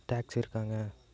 taxi இருக்காங்க